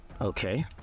okay